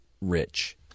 rich